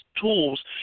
tools